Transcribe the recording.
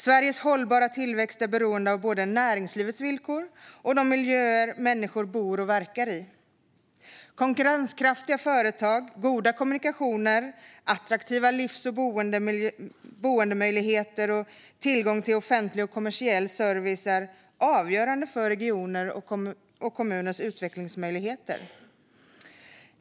Sveriges hållbara tillväxt är beroende av både näringslivets villkor och de miljöer som människor bor och verkar i. Konkurrenskraftiga företag, goda kommunikationer, attraktiva livs och boendemöjligheter och tillgång till offentlig och kommersiell service är avgörande för regioners och kommuners utvecklingsmöjligheter.